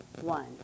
one